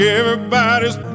everybody's